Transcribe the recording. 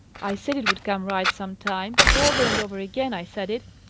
i said it would come right some time over and over again i said it!